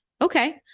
Okay